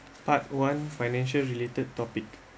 part one financial related topic